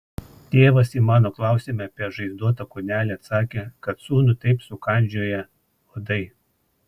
tėvas į mano klausimą apie žaizdotą kūnelį atsakė kad sūnų taip sukandžioję uodai